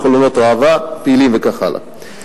לחלונות ראווה פעילים וכך הלאה.